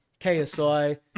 ksi